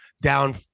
down